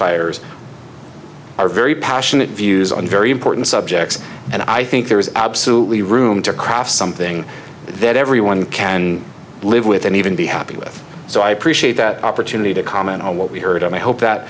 testifiers are very passionate views on very important subjects and i think there is absolutely room to cross something that everyone can live with and even be happy with so i appreciate that opportunity to comment on what we heard and i hope that